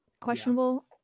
questionable